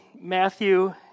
Matthew